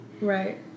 Right